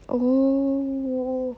oh